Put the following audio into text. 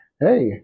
Hey